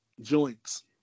joints